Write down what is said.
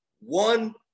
One